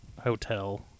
hotel